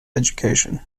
education